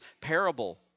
parable